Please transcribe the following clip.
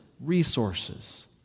resources